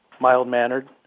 mild-mannered